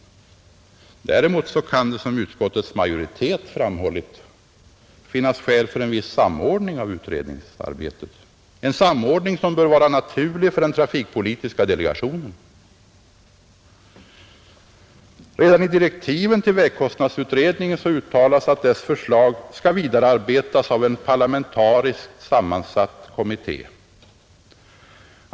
Däremot kan det, som utskottets majoritet framhållit, finnas skäl för en viss samordning av utredningsarbetet, en samordning som bör vara naturlig för den trafikpolitiska delegationen, Redan i direktiven till vägkostnadsutredningen uttalas att dess förslag skall vidarebearbetas av en parlamentariskt sammansatt kommitté.